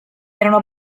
erano